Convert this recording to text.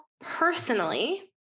personally